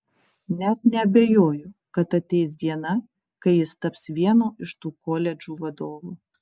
net neabejoju kad ateis diena kai jis taps vieno iš tų koledžų vadovu